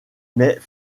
mais